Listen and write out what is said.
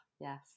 yes